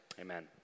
Amen